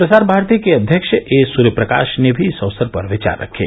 प्रसार भारती के अध्यक्ष ए सूर्य प्रकाश ने भी इस अवसर पर विचार रखे